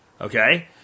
okay